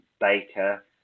Baker